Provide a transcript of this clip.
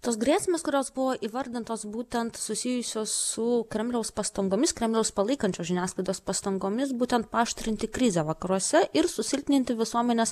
tos grėsmės kurios buvo įvardintos būtent susijusios su kremliaus pastangomis kremliaus palaikančios žiniasklaidos pastangomis būtent paaštrinti krizę vakaruose ir susilpninti visuomenės